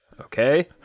Okay